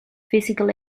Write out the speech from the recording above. physical